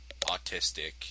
autistic